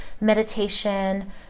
meditation